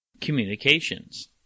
Communications